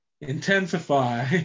intensify